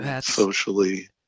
Socially